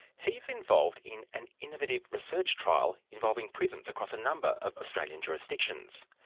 he's involved in an innovative research trial involving prisons across a number of australian jurisdictions.